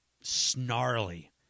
snarly